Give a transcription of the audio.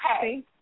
hey